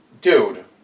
dude